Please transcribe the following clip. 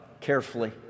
carefully